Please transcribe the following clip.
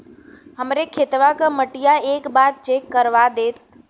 हमरे खेतवा क मटीया एक बार चेक करवा देत?